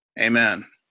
amen